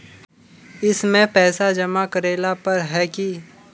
इसमें पैसा जमा करेला पर है की?